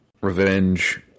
Revenge